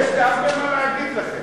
יש לי הרבה מה להגיד לכם.